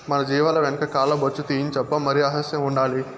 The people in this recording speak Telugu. మన జీవాల వెనక కాల్ల బొచ్చు తీయించప్పా మరి అసహ్యం ఉండాలి